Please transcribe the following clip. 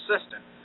assistant